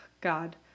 god